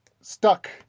stuck